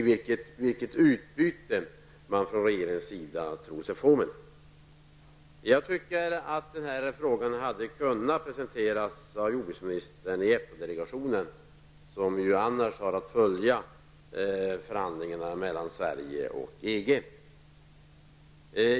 Vilket utbyte tror regeringen att man får med det? Jag tycker att jordbruksministern kunde ha presenterat den här frågan i EFTA delegationen, som ju har att följa förhandlingarna mellan Sverige och EG.